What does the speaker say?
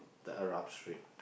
the Arab-Street